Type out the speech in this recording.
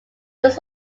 this